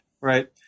right